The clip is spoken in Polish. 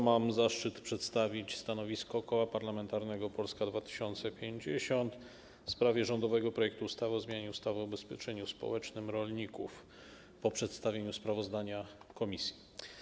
Mam zaszczyt przedstawić stanowisko Koła Parlamentarnego Polska 2050 w sprawie rządowego projektu ustawy o zmianie ustawy o ubezpieczeniu społecznym rolników po przedstawieniu sprawozdania komisji.